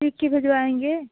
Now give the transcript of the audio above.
लिखकर भिजवाएँगे